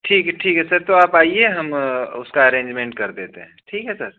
ठीक है ठीक है सर तो आप आइए हम उसका अरेंजमेंट कर देते हैं ठीक है सर